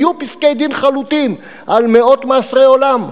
היו פסקי-דין חלוטים על מאות מאסרי עולם,